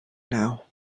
now